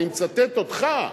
אני מצטט אותך.